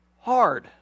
hard